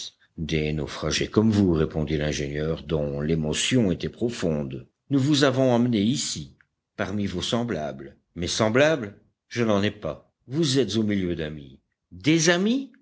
des naufragés comme vous répondit l'ingénieur dont l'émotion était profonde nous vous avons amené ici parmi vos semblables mes semblables je n'en ai pas vous êtes au milieu d'amis des amis